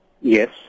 Yes